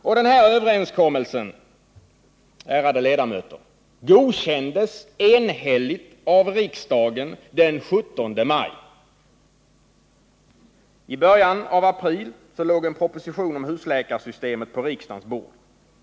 Och överenskommelsen, ärade ledamöter, godkändes enhälligt av riksdagen den 17 maj. I början av april låg en proposition om husläkarsystemet på riksdagens bord.